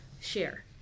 share